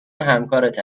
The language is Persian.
همکارت